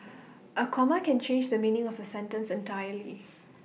A comma can change the meaning of A sentence entirely